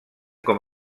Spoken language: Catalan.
com